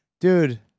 Dude